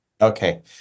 Okay